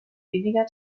weniger